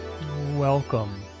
Welcome